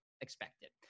expected